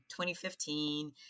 2015